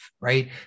right